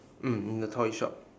mm in the toy shop